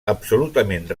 absolutament